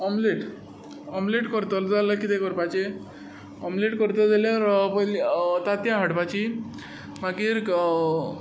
omelette omelette करतलो जाल्यार कितें करपाचें ओम्लेट करतलो जाल्यार पयलीं तांतयां हाडपाचीं मागीर